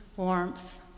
warmth